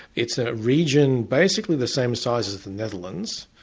it's a region basically the same size as the netherlands,